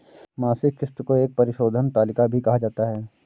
मासिक किस्त को एक परिशोधन तालिका भी कहा जाता है